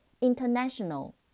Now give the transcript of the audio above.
International